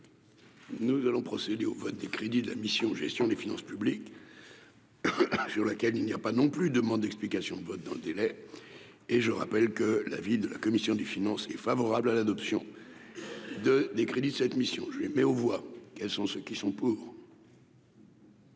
Nous allons procéder au vote des crédits de la mission Gestion des finances publiques, sur laquelle il n'y a pas non plus : demande d'explications de vote dans un délai et je rappelle que la avis de la commission des finances, est favorable à l'adoption de des crédits de cette mission je mets aux voix, quels sont ceux qui sont peu.